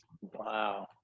Wow